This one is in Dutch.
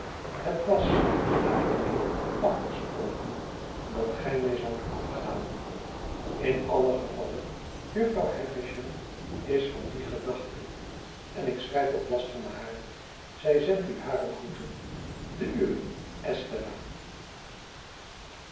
het was naar ik meen afgesproken dat gij mij zoudt afhalen in alien gevalle jufvrouw havisham is van die gedachte en ik schrijf op last van haar zij zend u hare groete de uwe estella